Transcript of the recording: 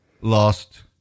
lost